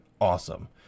awesome